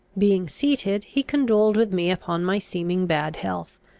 being seated, he condoled with me upon my seeming bad health,